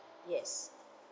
yes